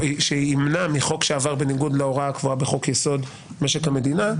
שימנע מחוק שעבר בניגוד להוראה הקבועה בחוק-יסוד: משק המדינה,